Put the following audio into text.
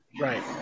Right